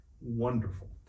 wonderful